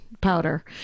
powder